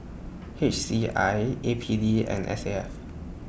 H C I A P D and S A F